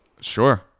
sure